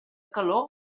calor